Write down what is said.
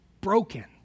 broken